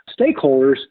stakeholders